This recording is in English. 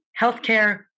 healthcare